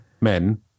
men